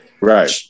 Right